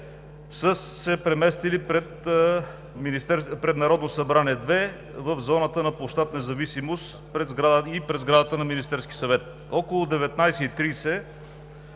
са се преместили пред Народно събрание 2, – в зоната на площад „Независимост“, и пред сградата на Министерския съвет. Около 19,30